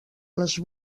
les